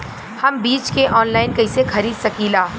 हम बीज के आनलाइन कइसे खरीद सकीला?